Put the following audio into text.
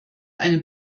eine